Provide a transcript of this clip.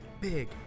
big